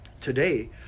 today